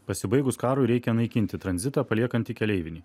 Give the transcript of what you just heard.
pasibaigus karui reikia naikinti tranzitą paliekant tik keleivinį